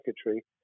secretary